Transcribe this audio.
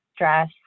stress